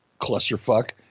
clusterfuck